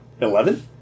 Eleven